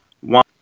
one